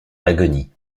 l’agonie